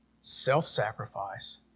Self-sacrifice